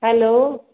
hello